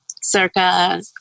circa